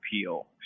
appeal